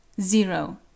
zero